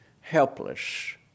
helpless